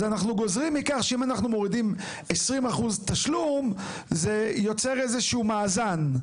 אנחנו גוזרים מכך שאם אנחנו מורידים 20% תשלום זה יוצר איזה שהוא מאזן.